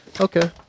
Okay